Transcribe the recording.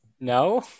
no